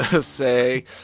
Say